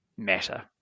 Matter